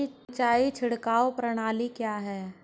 सिंचाई छिड़काव प्रणाली क्या है?